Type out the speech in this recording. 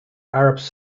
arabs